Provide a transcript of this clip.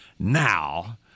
Now